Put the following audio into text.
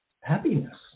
happiness